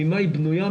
ממה היא בנויה,